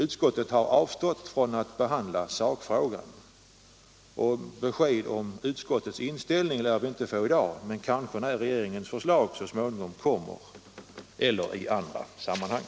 Utskottet har avstått från att behandla sakfrågan, och vi lär inte få besked i dag om utskottets inställning men kanske när regeringens förslag så småningom kommer eller i andra sammanhang.